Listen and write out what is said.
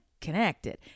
connected